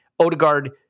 Odegaard